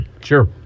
Sure